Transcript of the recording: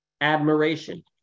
admiration